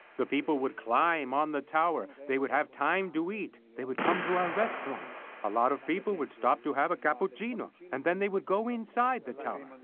the people would climb on the tower, they would have time to eat, they would come to our restaurants. a lot of people would stop to have a cappuccino. and then they would go inside the tower.